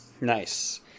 Nice